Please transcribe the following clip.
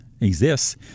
exists